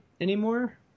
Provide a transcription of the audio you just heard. anymore